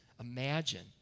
Imagine